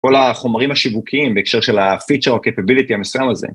כל החומרים השיווקים בהקשר של ה-feature או ה-capability המסוים לזה.